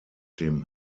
dem